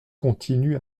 continue